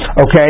okay